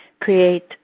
create